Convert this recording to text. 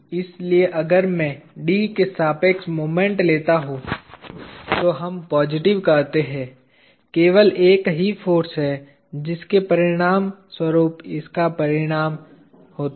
इसलिए अगर मैं D के सापेक्ष मोमेंट लेता हूं तो हम पॉजिटिव कहते हैं केवल एक ही फाॅर्स है जिसके परिणामस्वरूप इसका परिणाम होता है